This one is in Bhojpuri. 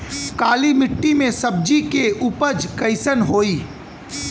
काली मिट्टी में सब्जी के उपज कइसन होई?